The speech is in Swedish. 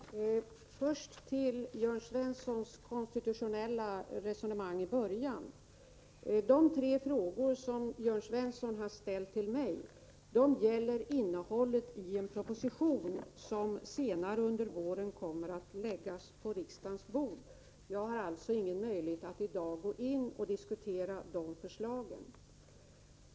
Herr talman! Först till Jörn Svenssons konstitutionella resonemang. De tre frågor som Jörn Svensson har ställt till mig gäller innehållet i en proposition som senare under våren kommer att läggas på riksdagens bord. Jag har alltså ingen möjlighet att i dag gå in och diskutera de förslagen.